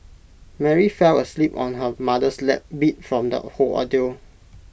Mary fell asleep on her mother's lap beat from the whole ordeal